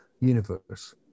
universe